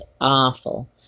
Awful